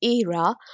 era